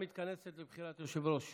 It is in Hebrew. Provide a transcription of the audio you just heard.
אני מתכבד לפתוח את הישיבה מחדש לדיון